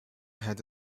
had